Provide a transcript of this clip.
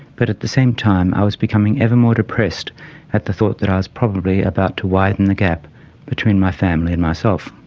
but at the same time i was becoming ever more depressed at the thought that i was probably about to widen the gap between my family and myself.